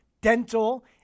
Dental